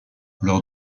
lors